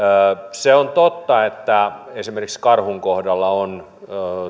se on totta että esimerkiksi karhun kohdalla on